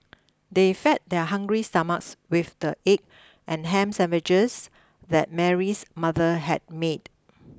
they fed their hungry stomachs with the egg and ham sandwiches that Mary's mother had made